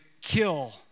kill